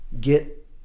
get